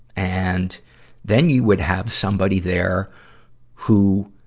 and then you would have somebody there who,